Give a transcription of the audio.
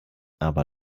aber